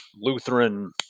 Lutheran